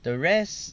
the rest